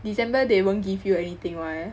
December they won't give you anything [one]